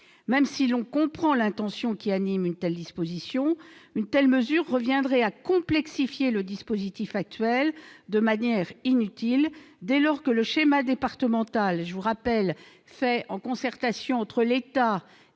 Même si l'on comprend l'intention qui sous-tend cette disposition, une telle mesure reviendrait à complexifier le dispositif actuel de manière inutile dès lors que le schéma départemental, fait en concertation entre l'État